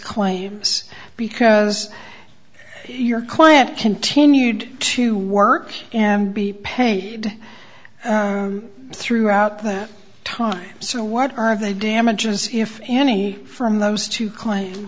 claims because your client continued to work and be paid throughout that time so what are they damages if any from those two cl